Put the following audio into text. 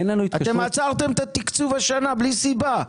אתם עצרתם את התקצוב השנה בלי סיבה,